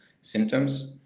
symptoms